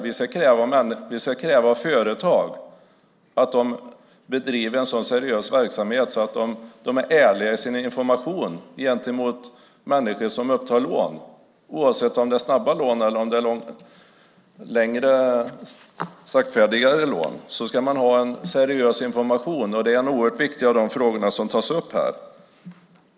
Vi ska kräva av företag att de bedriver en så seriös verksamhet att de är ärliga i sin information gentemot människor som upptar lån. Oavsett om det är snabba lån eller mer långsiktiga ska man få en seriös information. Det är oerhört viktigt bland de frågor som tas upp här.